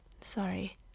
Sorry